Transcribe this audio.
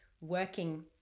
working